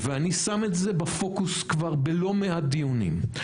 ואני שם את זה בפוקוס כבר בלא מעט דיונים.